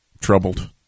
troubled